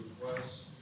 requests